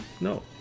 No